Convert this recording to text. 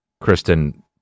Kristen